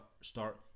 start